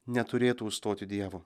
neturėtų užstoti dievo